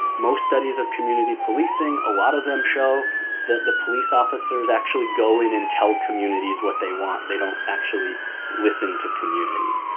most studies of community policing, a lot of them show that the police officers actually go in and tell communities what they want. they don't actually listen to community,